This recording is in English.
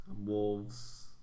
Wolves